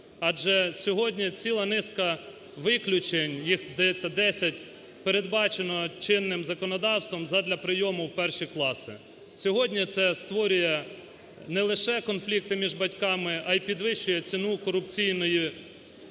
Адже сьогодні ціла низка виключень, їх, здається, десять, передбачено чинним законодавством задля прийому в перші класи. Сьогодні це створює не лише конфлікти між батьками, а й підвищує ціну корупційної